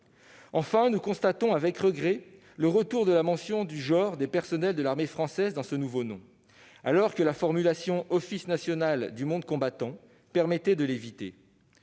Enfin, nous constatons avec regret le retour de la mention du genre des personnels de l'armée française dans ce nouveau nom, alors que la formulation « Office national du monde combattant » permettait de l'éviter.